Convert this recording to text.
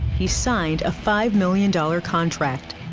he signed a five million dollar contract.